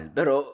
Pero